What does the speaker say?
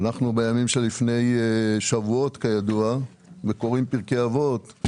אנחנו בימים שלפני שבועות וקוראים פסקי אבות.